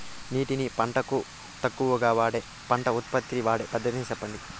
నీటిని పంటలకు తక్కువగా వాడే పంట ఉత్పత్తికి వాడే పద్ధతిని సెప్పండి?